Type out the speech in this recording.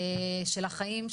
של החיים,